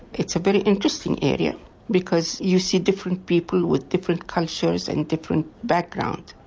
it's a very interesting area because you see different people with different cultures and different backgrounds.